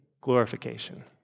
glorification